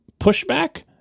pushback